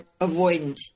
avoidant